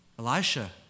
Elisha